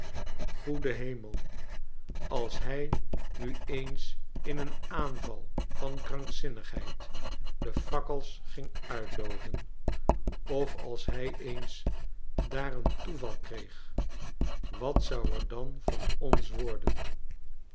goede hemel als hij nu eens in een aanval van krankzinnigheid de fakkelsginguitdooven of als hi eens daar een toeval kreeg wat zou er dan van ons worden